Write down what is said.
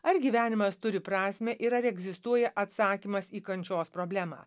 ar gyvenimas turi prasmę ir ar egzistuoja atsakymas į kančios problemą